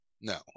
no